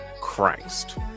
Christ